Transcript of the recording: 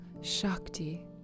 Shakti